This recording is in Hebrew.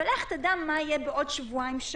ולך תדע מה יהיה בעוד שבועיים-שלושה.